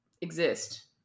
exist